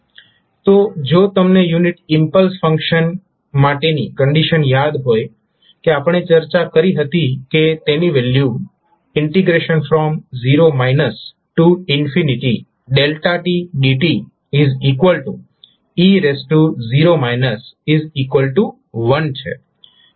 તો જો તમને યુનિટ ઇમ્પલ્સ ફંક્શન માટેની કંડીશન યાદ હોય આપણે ચર્ચા કરી હતી કે તેની વેલ્યુ 0 dte0 1 છે